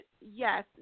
yes